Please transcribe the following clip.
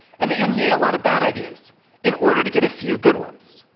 and that you need a lot of bad ideas in order to get a few good ones.